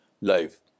life